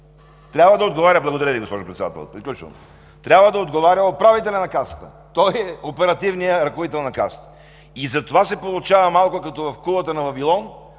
времето е изтекло.) Благодаря Ви, госпожо Председател, приключвам. Трябва да отговаря управителят на Касата, той е оперативният ръководител на Касата. Затова се получава малко като в кулата на Вавилон